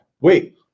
Wait